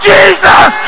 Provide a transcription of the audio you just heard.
Jesus